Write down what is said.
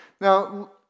Now